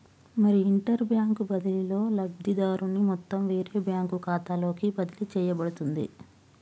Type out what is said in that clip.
మరి inter bank బదిలీలో లబ్ధిదారుని మొత్తం వేరే బ్యాంకు ఖాతాలోకి బదిలీ చేయబడుతుంది